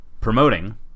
promoting